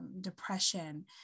depression